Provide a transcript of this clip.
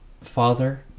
father